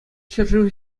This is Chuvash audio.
ҫӗршыв